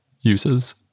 uses